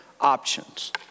options